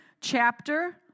chapter